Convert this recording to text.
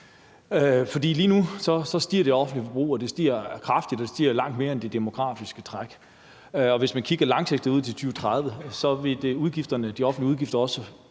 og det stiger kraftigt, og det stiger langt mere end det demografiske træk. Og hvis man kigger langsigtet på det, frem til 2030, vil de offentlige udgifter også